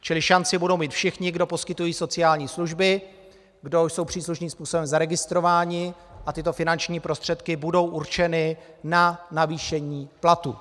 Čili šanci budou mít všichni, kdo poskytují sociální služby, kdo jsou příslušným způsobem zaregistrováni, a tyto finanční prostředky budou určeny na zvýšení platů.